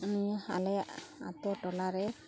ᱱᱤᱭᱟᱹ ᱟᱞᱮ ᱟᱹᱛᱩ ᱴᱚᱞᱟᱨᱮ